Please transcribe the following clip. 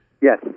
Yes